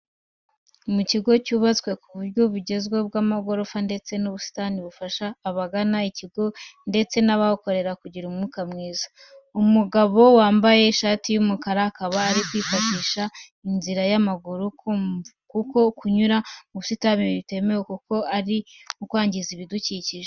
Mu kigo cyubatswe ku buryo bugezweho bw'amagorofa, ndetse n'ubusitani bufasha abagana iki kigo ndetse n'abahakorera kugira umwuka mwiza. Umugabo wambaye ishati y'umukara akaba ari kwifashisha inzira y'abanyamaguru kuko kunyura mu busitani bitemewe kuko ari ukwangiza ibidukikije.